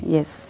Yes